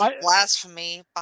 blasphemy